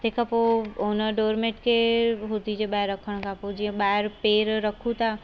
तंहिंखां पोइ उन डोरमेट खे होदी जे ॿाहिरि रखण पोइ जीअं ॿाहिरि पेरु रखूं था